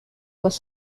was